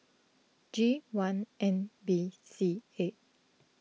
G one N B C eight